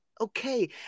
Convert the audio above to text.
okay